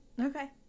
Okay